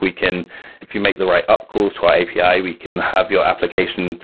if you make the right up calls to our api, we can have your application